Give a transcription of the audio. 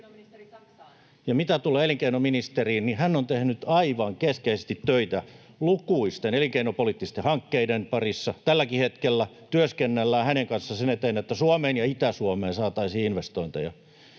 Ja mitä tulee elinkeinoministeriin, niin hän on tehnyt aivan keskeisesti töitä lukuisten elinkeinopoliittisten hankkeiden parissa. Tälläkin hetkellä työskennellään hänen kanssaan sen eteen, että Suomeen ja Itä-Suomeen saataisiin investointeja,